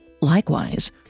Likewise